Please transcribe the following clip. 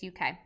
UK